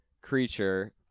creature